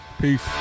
Peace